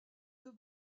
deux